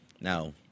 Now